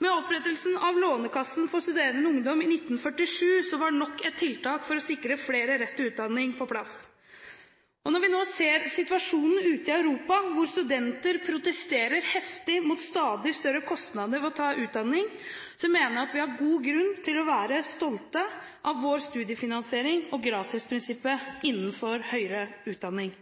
Med opprettelsen av Statens lånekasse for studerende ungdom i 1947 var nok et tiltak for å sikre flere rett til utdanning på plass. Når vi nå ser situasjonen ute i Europa, hvor studenter protesterer heftig mot stadig større kostnader ved å ta utdanning, mener jeg vi har god grunn til å være stolte av vår studiefinansiering og gratisprinsippet innenfor høyere utdanning.